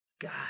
God